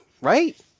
right